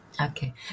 Okay